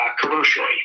commercially